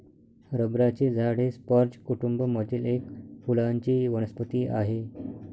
रबराचे झाड हे स्पर्ज कुटूंब मधील एक फुलांची वनस्पती आहे